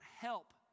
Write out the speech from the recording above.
help